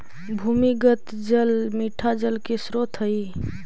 भूमिगत जल मीठा जल के स्रोत हई